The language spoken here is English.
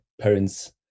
parents